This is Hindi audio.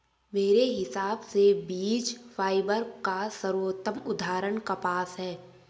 मेरे हिसाब से बीज फाइबर का सर्वोत्तम उदाहरण कपास है